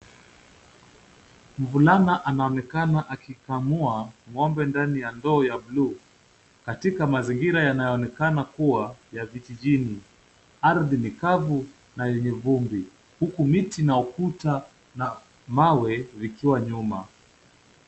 Mvulana anaonekana akikamua ng'ombe ndani ya ndoo ya bluu, katika mazingira yanayoonekana kubwa ya viti vingi. Ardhi ni kavu na yenye vumbi, huku miti na ukuta na mawe vikiwa nyuma.